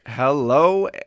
Hello